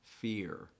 fear